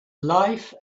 life